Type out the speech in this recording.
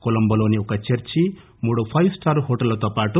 కొలొంబోలోని ఒక చర్చి మూడు five star హోటళ్లతో పాటు